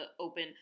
open